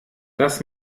das